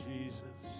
Jesus